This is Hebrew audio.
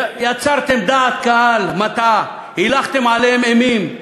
יצרתם דעת קהל מטעה, הילכתם עליהם אימים: